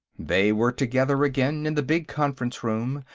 they were together again in the big conference-room,